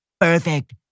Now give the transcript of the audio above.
perfect